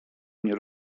mnie